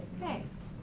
Thanks